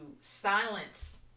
silence